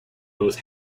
both